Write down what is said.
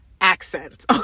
accent